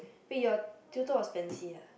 wait your tutor was Pency ah